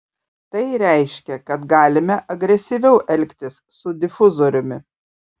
tai reiškia kad galime agresyviau elgtis su difuzoriumi